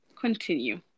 continue